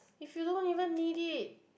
if you don't even need it